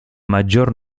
maggior